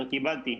קיבלתי.